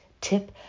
tip